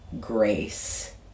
grace